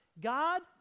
God